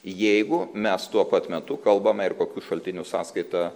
jeigu mes tuo pat metu kalbame ir kokių šaltinių sąskaita